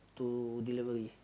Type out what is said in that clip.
to delivery